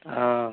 অঁ